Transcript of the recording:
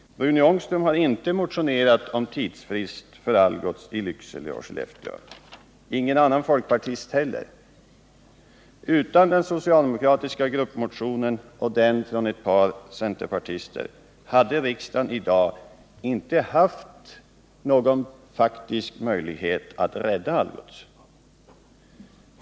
Rune Ångström har inte motionerat om tidsfrist för Algots i Lycksele och Skellefteå, inte heller någon annan folkpartist. Utan den socialdemokratiska gruppmotionen och motionen från ett par centerpartister hade riksdagen i dag inte haft någon faktisk möjlighet att rädda Algots.